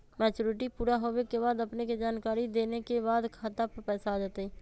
Maturity पुरा होवे के बाद अपने के जानकारी देने के बाद खाता पर पैसा आ जतई?